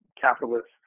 capitalists